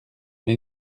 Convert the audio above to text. les